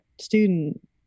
student